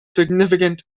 significant